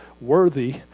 worthy